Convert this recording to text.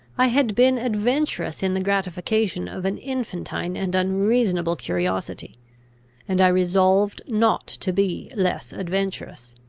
i had been adventurous in the gratification of an infantine and unreasonable curiosity and i resolved not to be less adventurous,